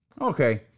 Okay